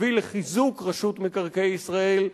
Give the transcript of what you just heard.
נביא לחיזוק רשות מקרקעי ישראל,